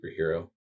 superhero